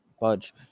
budge